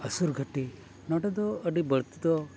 ᱟᱹᱥᱩᱨ ᱜᱷᱟᱹᱴᱤ ᱱᱚᱰᱮ ᱫᱚ ᱟᱹᱰᱤ ᱵᱟᱹᱲᱛᱤ ᱫᱚ